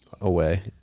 Away